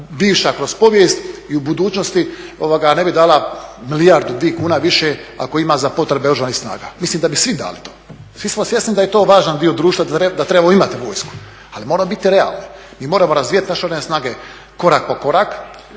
bivša kroz povijest i u budućnosti ne bi dala milijardu, dvije kuna više ako ima za potrebe Oružanih snaga. Mislim da bi svi dali to, svi smo svjesni da je to važan dio društva, da trebamo imati vojsku, ali moramo biti realni, mi moramo razvijati naše Oružane snage korak po korak,